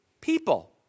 people